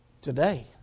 today